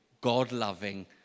God-loving